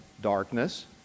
Darkness